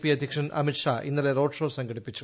P അദ്ധ്യക്ഷൻ അമിത്ഷാ ഇന്നലെ roadshow സംഘടിപ്പിച്ചു